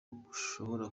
bushobora